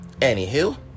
Anywho